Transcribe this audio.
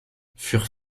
furent